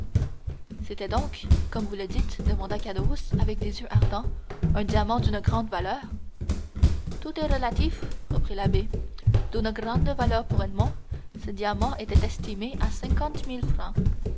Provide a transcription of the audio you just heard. c'était donc comme vous le dites demanda caderousse avec des yeux ardents un diamant d'une grande valeur tout est relatif reprit l'abbé d'une grande valeur pour edmond ce diamant était estimé cinquante mille francs